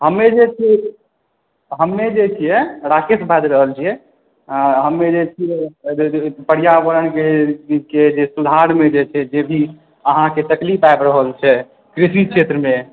हमे जे छी हमे जे छियै राकेश बाजि रहल छियै हँ हमे जे छियै पर्यावरणके जे सुधारमे जे छै से जे भी अहाँकेँ तकलीफ आबि रहल छै कृषि क्षेत्रमे